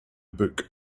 book